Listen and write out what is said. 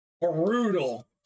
brutal